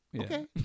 Okay